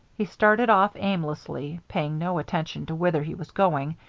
he started off aimlessly, paying no attention to whither he was going,